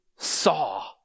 saw